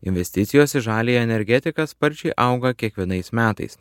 investicijos į žaliąją energetiką sparčiai auga kiekvienais metais